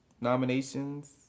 nominations